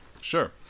Sure